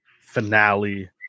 finale